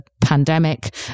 pandemic